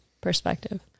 perspective